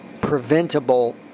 preventable